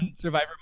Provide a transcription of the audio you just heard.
Survivor